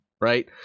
Right